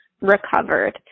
recovered